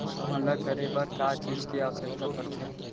हमन ला करे बर का चीज के आवश्कता परथे?